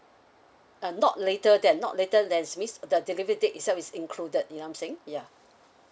uh not later than not later than means the delivery date itself is included you know I'm saying ya